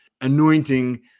anointing